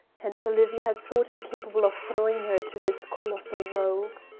and olivia had thought him capable of throwing her to this colossal rogue!